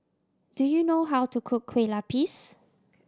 do you know how to cook Kueh Lapis